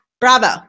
bravo